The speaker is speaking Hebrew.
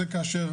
זה כאשר